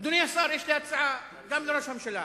אדוני השר, יש לי הצעה, גם לראש הממשלה,